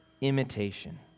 imitation